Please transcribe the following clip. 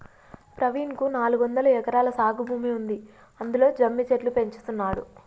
ప్రవీణ్ కు నాలుగొందలు ఎకరాల సాగు భూమి ఉంది అందులో జమ్మి చెట్లు పెంచుతున్నాడు